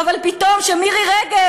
אבל פתאום כשמירי רגב,